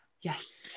Yes